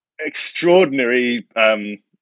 extraordinary